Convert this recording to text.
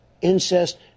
incest